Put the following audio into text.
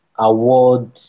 award